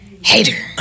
Hater